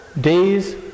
days